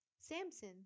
Samson